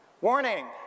Warning